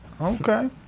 Okay